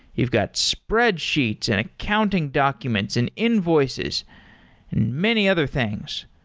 you've got spreadsheets, and accounting documents, and invoices, and many other things.